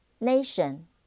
Nation